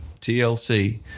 TLC